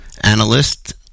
analyst